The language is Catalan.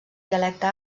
dialecte